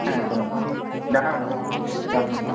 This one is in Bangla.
হ্যাঁ একদম একদম জানাবেন আমাকে রাখলাম